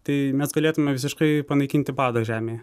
tai mes galėtume visiškai panaikinti badą žemėje